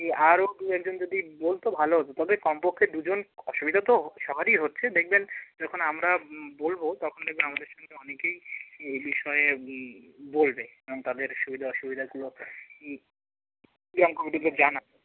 কি আরও দু একজন যদি বলতো ভালো হতো তবে কমপক্ষে দুজন অসুবিধা তো সবারই হচ্ছে দেখবেন যখন আমরা বলবো তখন দেখবেন আমাদের সঙ্গে অনেকেই এই বিষয়ে বলবে কারণ তাদের সুবিধা অসুবিধাগুলো গ্রাম কমিটিকে জানানো